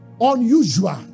unusual